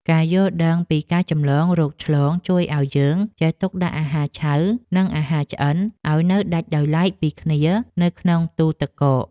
ការយល់ដឹងពីការចម្លងរោគឆ្លងជួយឱ្យយើងចេះទុកដាក់អាហារឆៅនិងអាហារឆ្អិនឱ្យនៅដាច់ដោយឡែកពីគ្នានៅក្នុងទូរទឹកកក។